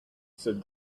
said